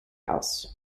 house